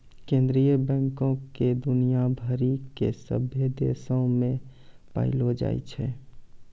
केन्द्रीय बैंको के दुनिया भरि के सभ्भे देशो मे पायलो जाय छै